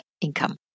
income